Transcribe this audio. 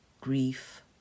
grief